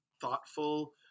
thoughtful